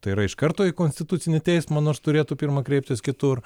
tai yra iš karto į konstitucinį teismą nors turėtų pirma kreiptis kitur